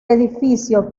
edificio